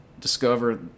discover